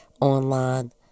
online